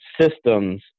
systems